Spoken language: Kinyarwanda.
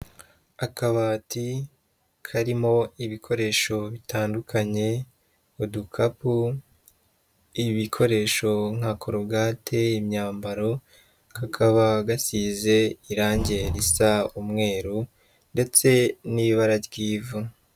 Akabati karimo ibikoresho bitandukanye, udukapu, ibikoresho nka korogate imyambaro, kakaba gasize irange risa umweru ndetse n'ibara ry'ivu.